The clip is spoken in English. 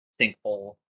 sinkhole